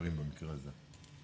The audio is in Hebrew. נערים במקרה הזה.